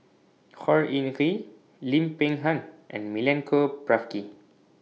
Khor Ean Ghee Lim Peng Han and Milenko Prvacki